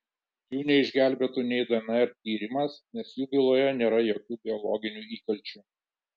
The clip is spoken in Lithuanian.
jų neišgelbėtų nei dnr tyrimas nes jų byloje nėra jokių biologinių įkalčių